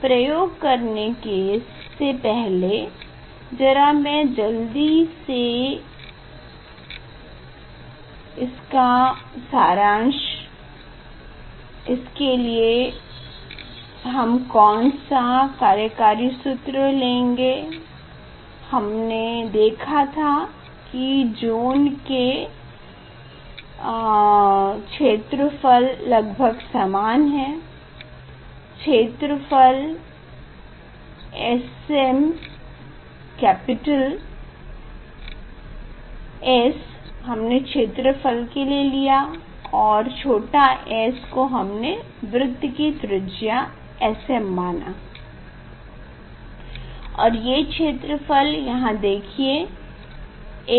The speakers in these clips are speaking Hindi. प्रयोग करने से पहले जरा मै जल्दी से ये की इसके लिए हम कौन सा कार्यकारी सूत्र लेंगे हमने देखा था कि ज़ोन के क्षेत्रफल लगभग समान हैं क्षेत्रफल Sm कैपिटल S हमने क्षेत्रफल के लिए लिया और छोटा s को हमने वृत्त कि त्रिज्या sm माना और ये क्षेत्रफल यहा देखिए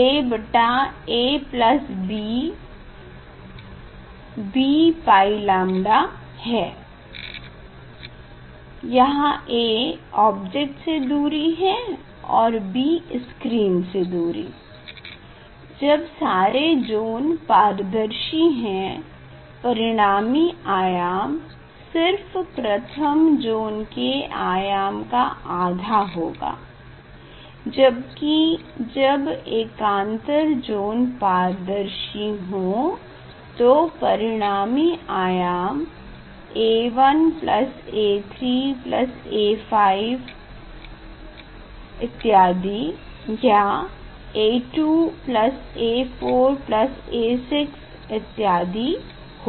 aabb𝞹𝝺 है जहाँ a ऑब्जेक्ट से दूरी है और b स्क्रीन से दूरी जब सारे ज़ोन पारदशी हैं परिणामी आयाम सिर्फ प्रथम ज़ोन के आयाम का आधा होगा जबकि जब एकांतर ज़ोन पारदर्शी हों तो परिणामी आयाम A1 A3 A 5 या A2 A4 A6 इत्यादि होगा